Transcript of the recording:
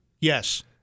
Yes